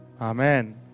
amen